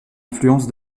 influence